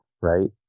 right